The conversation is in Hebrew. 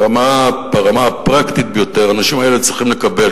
ברמה הפרקטית ביותר האנשים האלה צריכים לקבל,